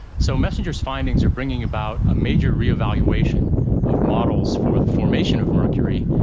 so messenger's findings are bringing about a major revaluation of models for the formation of mercury,